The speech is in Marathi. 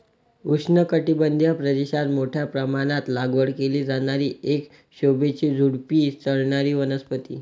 उष्णकटिबंधीय प्रदेशात मोठ्या प्रमाणात लागवड केली जाणारी एक शोभेची झुडुपी चढणारी वनस्पती